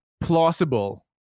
plausible